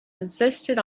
insisted